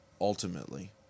ultimately